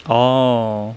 orh